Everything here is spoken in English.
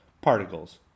particles